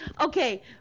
okay